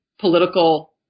political